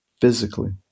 physically